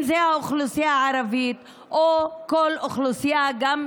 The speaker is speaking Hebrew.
אם זו האוכלוסייה הערבית או כל אוכלוסייה אחרת,